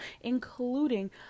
including